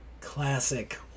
classic